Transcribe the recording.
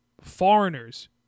foreigners